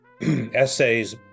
essays